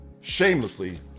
shamelessly